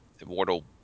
immortal